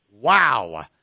Wow